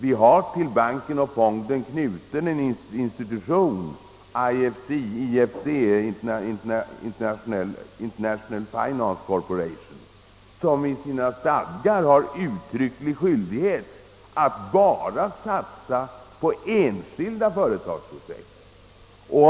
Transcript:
Vi har till Banken och Fonden knuten en institution — IFC, International Finance Corporation — som enligt sina stadgar har uttrycklig skyldighet att bara satsa på enskilda företags projekt.